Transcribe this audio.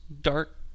dark